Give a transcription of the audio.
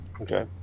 Okay